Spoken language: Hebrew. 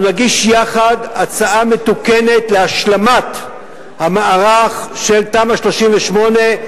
אנחנו נגיש יחד הצעה מתוקנת להשלמת המערך של תמ"א 38,